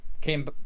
came